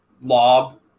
lob